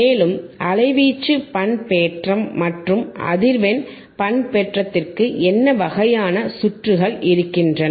மேலும் அலைவீச்சு பண்பேற்றம் மற்றும் அதிர்வெண் பண்பேற்றத்திற்கு என்ன வகையான சுற்றுகள் இருக்கின்றன